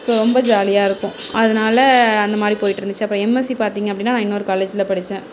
so ரொம்ப ஜாலியாக இருக்கும் அதனால அந்த மாதிரி போய்ட்டிருந்துச்சி அப்றம் எமஎஸ்சி பார்த்திங்க அப்படினா நான் இன்னொரு காலேஜில் படிச்சேன்